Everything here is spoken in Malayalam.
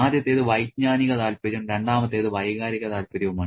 ആദ്യത്തേത് വൈജ്ഞാനിക താൽപ്പര്യവും രണ്ടാമത്തേത് വൈകാരിക താൽപ്പര്യവുമാണ്